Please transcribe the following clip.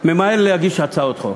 ממהר להגיש הצעות חוק.